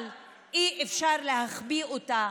אבל אי-אפשר להחביא אותה,